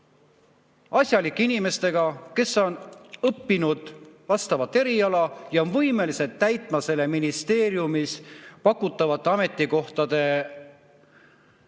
asjalike inimestega, kes on õppinud vastavat eriala ja on võimelised täitma selles ministeeriumis pakutavaid ametikohti.